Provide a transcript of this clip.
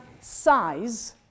size